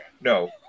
No